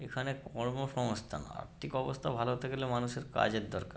এখানে কর্মসংস্থান আর্থিক অবস্থা ভালো হতে গেলে মানুষের কাজের দরকার